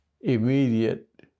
immediate